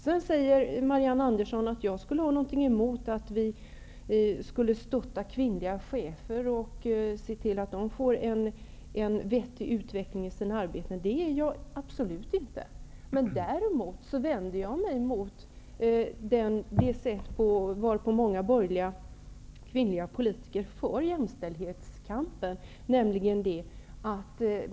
Vidare säger Marianne Andersson att jag skulle ha något emot detta med att stötta kvinnliga chefer och att se till att de får en vettig utveckling i sina arbeten. Jag är absolut inte emot någonting sådant. Däremot har jag vänt mig emot det sätt varpå många borgerliga kvinnliga politiker för jämställdhetskampen.